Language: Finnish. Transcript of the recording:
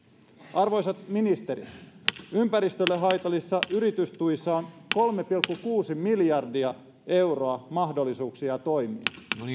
arvoisat ministerit ympäristölle haitallisissa yritystuissa on kolme pilkku kuusi miljardia euroa mahdollisuuksia toimiin